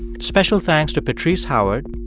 special thanks to patrice howard,